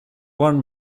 one